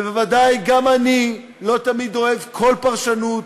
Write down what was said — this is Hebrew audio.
ובוודאי גם אני לא תמיד אוהב כל פרשנות,